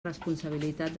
responsabilitat